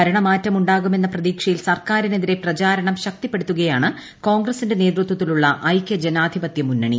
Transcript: ഭരണമാറ്റം ഉണ്ടാകുമെന്ന പ്രതീക്ഷയിൽ സർക്കാരിനെതിരെ പ്രചരണം ശക്തിപ്പെടുത്തുകയാണ് കോൺഗ്രസിന്റെ നേതൃത്വത്തിലുള്ള ഐകൃജനാധിപതൃ മുന്നണി